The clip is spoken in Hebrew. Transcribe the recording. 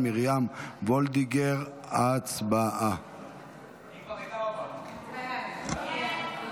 אושרה בקריאה טרומית ותעבור גם היא לדיון